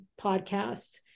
podcast